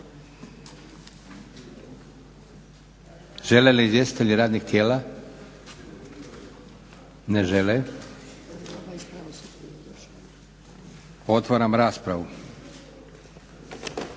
Žele li izvjestitelji radnih tijela? Ne žele. Otvaram raspravu.